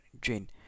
Jane